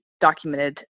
documented